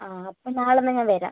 ആ അപ്പം നാളെ എന്നാൽ ഞാൻ വരാം